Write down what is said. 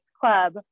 club